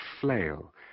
flail